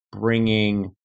bringing